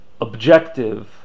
objective